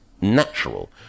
natural